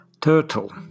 Turtle